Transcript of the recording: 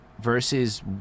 Versus